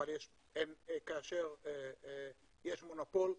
אבל כאשר יש מונופול,